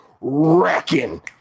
wrecking